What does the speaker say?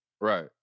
Right